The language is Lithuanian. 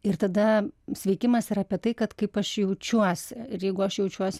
ir tada sveikimas yra apie tai kad kaip aš jaučiuosi ir jeigu aš jaučiuosi